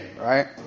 Right